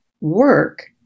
work